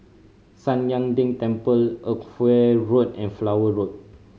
San Lian Deng Temple Edgware Road and Flower Road